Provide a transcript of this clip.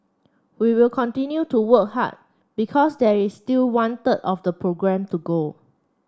we will continue to work hard because there is still one third of the programme to go